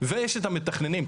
ויש את המתכננים.